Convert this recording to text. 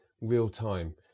real-time